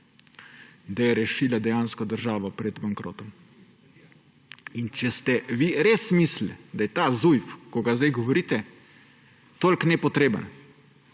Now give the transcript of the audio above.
da je rešila državo pred bankrotom. In če ste vi res mislili, da je ta Zujf, o katerem govorite, tako nepotreben,